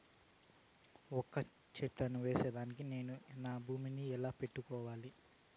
వక్క చెట్టును వేసేకి నేను నా భూమి ని ఎట్లా పెట్టుకోవాలి?